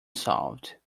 solved